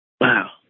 Wow